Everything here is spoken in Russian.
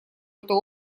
это